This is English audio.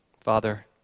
Father